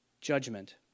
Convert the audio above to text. judgment